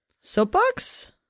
Soapbox